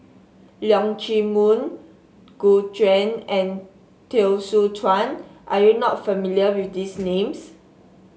Leong Chee Mun Gu Juan and Teo Soon Chuan are you not familiar with these names